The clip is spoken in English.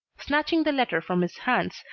snatching the letter from his hands,